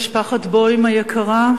משפחת בוים היקרה,